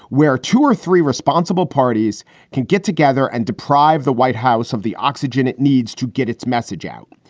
where two or three responsible parties can get together and deprive the white house of the oxygen it needs to get its message out.